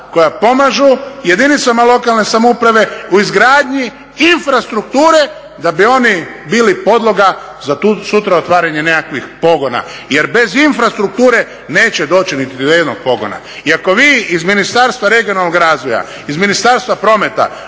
koja pomažu jedinicama lokalne samouprave u izgradnji infrastrukture da bi oni bili podloga za tu sutra otvaranje nekakvih pogona. Jer bez infrastrukture neće doći niti do jednog pogona. I ako vi iz Ministarstva regionalnog razvoja, iz Ministarstva prometa